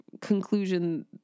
conclusion